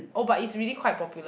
oh but it's really quite popular